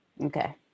okay